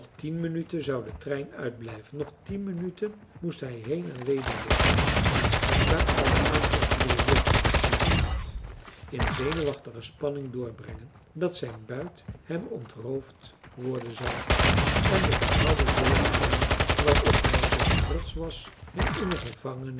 tien minuten zou de trein uitblijven nog tien minuten moest hij heen en weder loopen en schijnbaar alle aanplakbiljetten bestudeerend in zenuwachtige spanning doorbrengen dat zijn buit hem ontroofd worden zou en de behaalde zegepraal waarop hij zoo trotsch was hem in een gevangenis